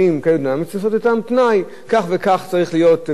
אתם תנאי: כך וכך צריך להיות בפירות כאלה,